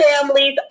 families